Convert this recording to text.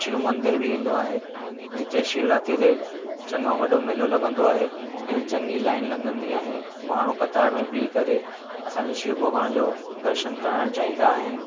शिव मंदिर बि ईंदो आहे जिते शिवरात्रि ते चङा वॾो मेलो लॻंदो आहे ऐं चङी लाइन लॻंदी आहे माण्हू कतार में बिह करे असांजो शिव भॻिवान जो दर्शन करणु चाहींदा आहिनि